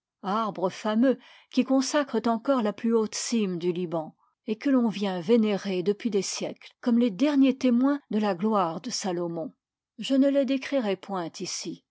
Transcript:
arbres fameux qui consacrent encore la plus haute cime du liban et que l'on vient vénérer depuis des siècles comme les derniers témoins de la gloire de salomon je ne les décrirai point ici